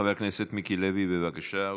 חבר הכנסת מיקי לוי, בבקשה.